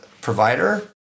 provider